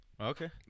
Okay